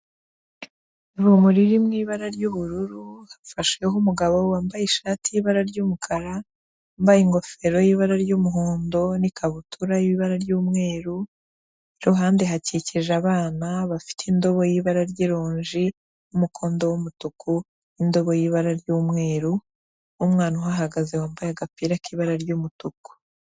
Ivomo riri mu ibara ry'ubururu, hafasheho umugabo wambaye ishati y'ibara ry'umukara, wambaye ingofero y'ibara ry'umuhondo n'ikabutura y'ibara ry'umweru, iruhande hakikije abana bafite indobo y'ibara ry'ironji n'umukondo w'umutuku n'indobo y'ibara ry'umweru n'umwana uhahagaze wambaye agapira k'ibara ry'umutuku.